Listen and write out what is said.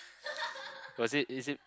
was it is it